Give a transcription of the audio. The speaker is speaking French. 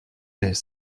lait